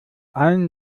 einen